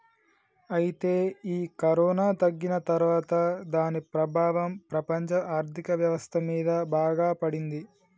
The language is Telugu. అయితే ఈ కరోనా తగ్గిన తర్వాత దాని ప్రభావం ప్రపంచ ఆర్థిక వ్యవస్థ మీద బాగా పడింది